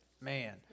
Man